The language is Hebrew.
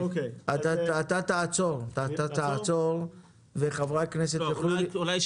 אתה תעצור כאן וחברי הכנסת יוכלו לשאול.